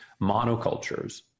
monocultures